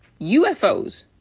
ufos